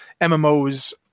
MMOs